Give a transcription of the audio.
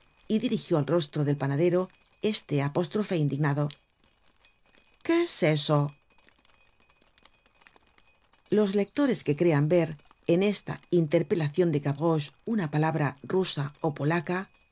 y dirigió al rostro del panadero este apostrofe indignado quéseso los lectores que crean ver en esta interpelacion de gavroche una palabra rusa ó polaca